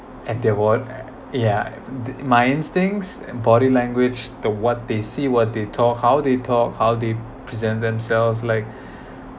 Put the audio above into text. and the word yeah the minds things body language the what they see what they talk how they talk how they present themselves like